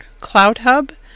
CloudHub